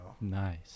Nice